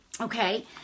Okay